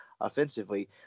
offensively